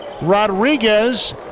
Rodriguez